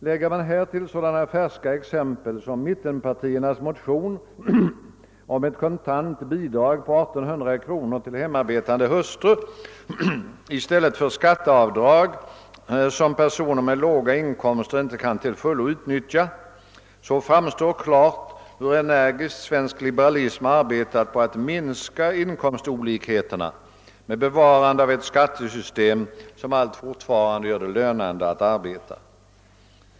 Lägger man härtill sådana färska exempel som mittenpartiernas motion om ett kontant bidrag på 1800 kronor till hemmaarbetande hustrur i stället för kostnadsavdrag, som personer med låga inkomster inte kan till fullo utnyttja, framstår det klart hur energiskt svensk liberalism arbetat på att minska inkomstolikheterna med bevarande av ett skattesystem som alltfort gör det lönande att arbeta.